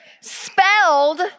Spelled